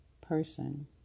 person